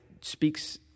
speaks